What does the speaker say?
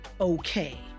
okay